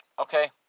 okay